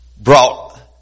brought